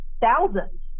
thousands